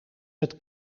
met